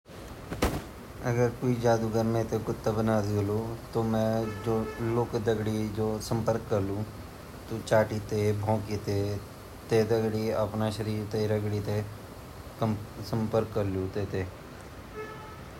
अगर के जादूगरअल इन करएल की के इंसान ते कुत्ता बड़ेल ता कुत्ता ता जबतक उ जादूगर चोलु उ वे जादुगरा अंडर वोलु अगर बाद माँ वेन छूट भी डीएल ता उ आपा लोगू मा जेके ऊते मिलालु अर सुन्घालु ता लोग ब्वाला की क्या वे अर नीता जब उ आपा इंसानी रूप मा आलू ता उ बातें द्दयालु की जादूगरान मेते क्या करि।